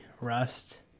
Rust